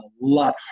lot